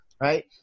right